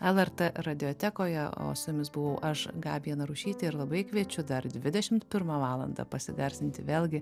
lrt radiotekoje o su jumis buvau aš gabija narušytė ir labai kviečiu dar dvidešimt pirmą valandą pasigarsinti vėlgi